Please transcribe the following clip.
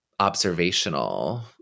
observational